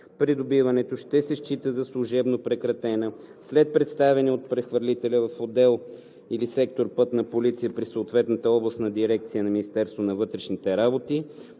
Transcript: придобиването, ще се счита за служебно прекратена след представяне от прехвърлителя в отдел/сектор „Пътна полиция“ при съответната областна дирекция на МВР на копие на